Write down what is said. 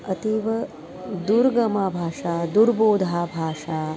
अतीव दुर्गमा भाषा दुर्बोधा भाषा